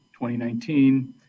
2019